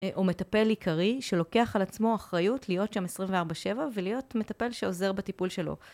הוא מטפל עיקרי שלוקח על עצמו אחריות להיות שם 24-7 ולהיות מטפל שעוזר בטיפול שלו.